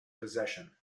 possession